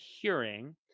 hearing